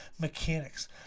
mechanics